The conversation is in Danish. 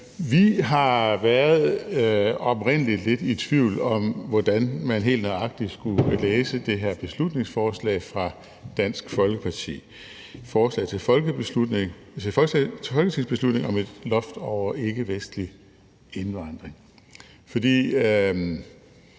Vi har oprindelig været lidt i tvivl om, hvordan man helt nøjagtig skulle læse det her beslutningsforslag fra Dansk Folkeparti, forslag til folketingsbeslutning om et loft over ikkevestlig indvandring, for